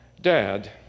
Dad